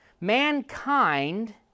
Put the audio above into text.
Mankind